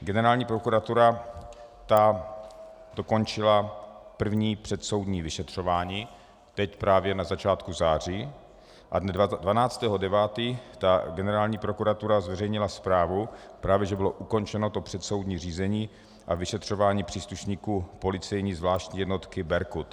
Generální prokuratura dokončila první předsoudní vyšetřování teď, právě na začátku září, a dne 12. 9. generální prokuratura zveřejnila zprávu, že bylo ukončeno předsoudní řízení a vyšetřování příslušníků policejní zvláštní jednotky Berkut.